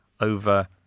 over